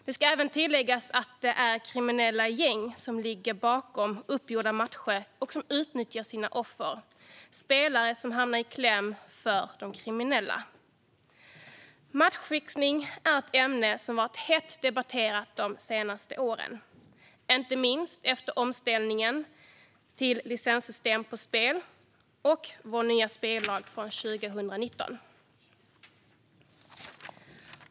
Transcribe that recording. Det ska även tilläggas att det är kriminella gäng som ligger bakom uppgjorda matcher och som utnyttjar sina offer, spelare som hamnar i kläm för de kriminella. Matchfixning är ett ämne som har varit hett debatterat de senaste åren, inte minst efter omställningen till licenssystem på spel och vår nya spellag från 2019.